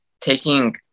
taking